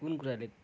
कुन कुराले